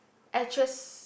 actress